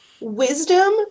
wisdom